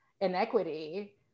inequity